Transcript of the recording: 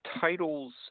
titles